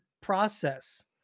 process